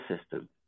system